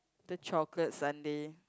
the chocolate sundae